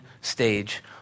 stage